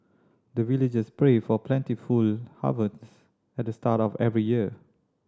the villagers pray for plentiful harvest at the start of every year